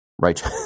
right